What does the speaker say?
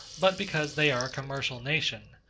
but because they are a commercial nation.